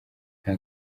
nta